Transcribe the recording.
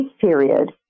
period